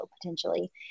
potentially